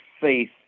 faith